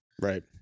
Right